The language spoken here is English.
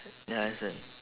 ya understand